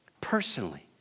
Personally